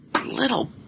Little